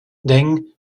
deng